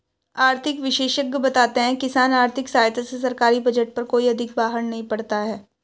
आर्थिक विशेषज्ञ बताते हैं किसान आर्थिक सहायता से सरकारी बजट पर कोई अधिक बाहर नहीं पड़ता है